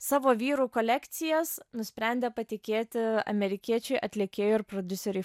savo vyrų kolekcijas nusprendė patikėti amerikiečiui atlikėjui ir prodiuseriui